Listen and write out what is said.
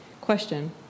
Question